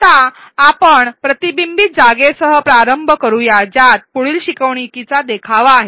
आता आपण प्रतिबिंबित जागेसह प्रारंभ करू या ज्यात पुढील शिकवणीचा देखावा आहे